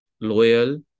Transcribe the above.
Loyal